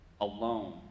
alone